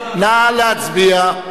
נא להצביע.